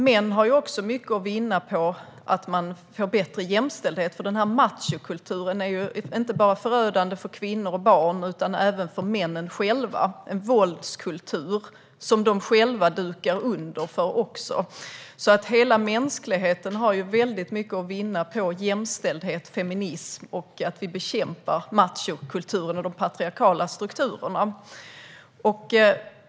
Män har också mycket att vinna på att man får bättre jämställdhet. Den machokultur som finns är förödande inte bara för kvinnor och barn utan även för männen själva. Det är en våldskultur som de själva dukar under för också. Hela mänskligheten har därför väldigt mycket att vinna på jämställdhet och feminism och att vi bekämpar machokulturen och de patriarkala strukturerna.